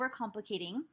overcomplicating